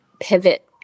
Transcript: pivot